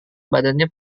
badannya